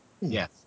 yes